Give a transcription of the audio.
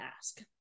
ask